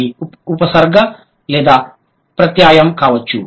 అవి ఉపసర్గ లేదా ప్రత్యయం కావచ్చు